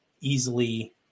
easily